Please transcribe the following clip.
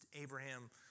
Abraham